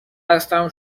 هستم